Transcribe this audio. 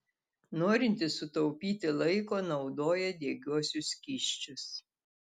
norintys sutaupyti laiko naudoja degiuosius skysčius